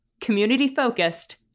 Community-focused